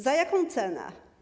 Za jaką cenę?